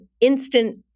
instant